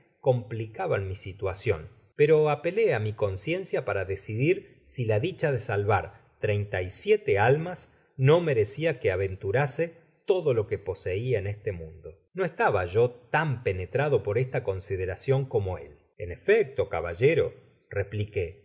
complicaban mi situacion pero apelé á mi conciencia para decidir si la dicha de salvar treinta y siete almas no merecia que aventurase todo loque poseia en este mundo no estaba yo tan penetrado por esta consideracion como él en efecto caballero replique